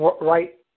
Right